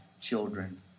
children